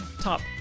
top